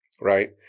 right